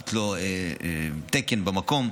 לתת לו תקן במקום.